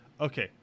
okay